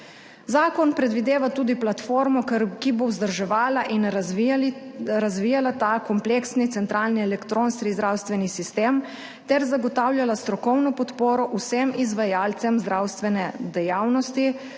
Zakon predvideva tudi platformo, ki bo vzdrževala in razvijala ta kompleksni centralni elektronski zdravstveni sistem ter zagotavljala strokovno podporo vsem izvajalcem zdravstvene dejavnosti,